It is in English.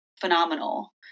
phenomenal